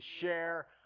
share